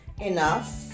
enough